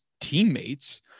teammates